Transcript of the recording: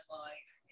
life